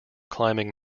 climbing